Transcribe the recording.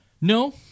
No